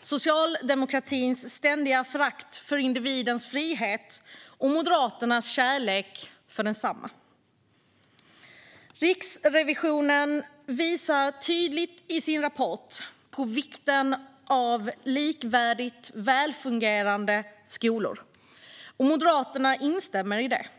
Socialdemokraternas ständiga förakt för individens frihet och Moderaternas kärlek för densamma. Riksrevisionen visar tydligt i sin rapport på vikten av likvärdigt välfungerande skolor. Moderaterna instämmer i detta.